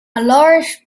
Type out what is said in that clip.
large